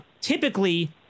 typically